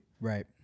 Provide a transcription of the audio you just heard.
Right